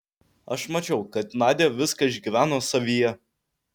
aš mačiau kad nadia viską išgyveno savyje